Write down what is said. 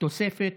תוספת